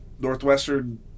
Northwestern